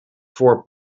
voor